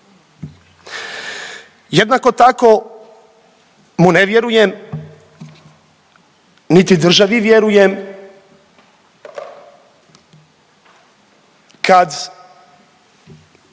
Jednako tako mu ne vjerujem niti državi vjerujem kad